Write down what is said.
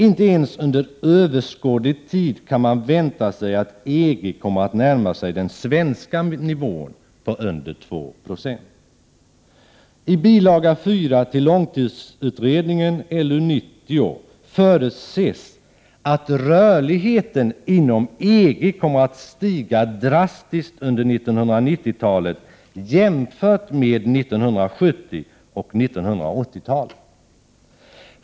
Inte ens under överskådlig tid kan man vänta sig att EG kommer att närma sig den svenska nivån på under 2 90. I bil. 4 till långtidsutredningen LU 90 förutses att rörligheten inom EG kommer att stiga drastiskt under 1990-talet jämfört med 1970 och 1980-talen.